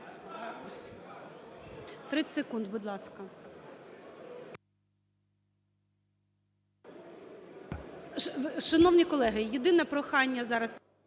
30 секунд, будь ласка.